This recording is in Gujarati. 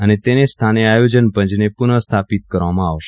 અને તેને સ્થાને આયોજનપંચને પુનઃ સ્થાપિત કરવામાં આવશે